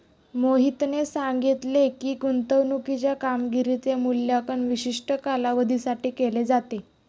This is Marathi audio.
मोहितने सांगितले की, गुंतवणूकीच्या कामगिरीचे मूल्यांकन विशिष्ट कालावधीसाठी केले जाते